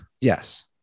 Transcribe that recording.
Yes